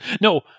no